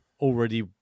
already